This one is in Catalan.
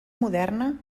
moderna